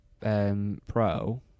pro